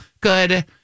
good